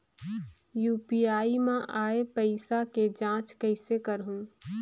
UPI मा आय पइसा के जांच कइसे करहूं?